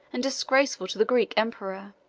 and disgraceful to the greek emperor.